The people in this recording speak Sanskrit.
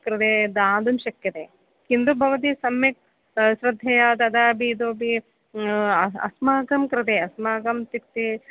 कृते दातुं शक्यते किन्तु भवती सम्यक् श्रद्धया तदापि इतोपि अस्माकं कृते अस्माकम् तिक्ते